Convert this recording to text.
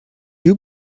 you